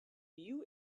you